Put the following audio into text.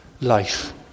life